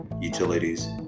utilities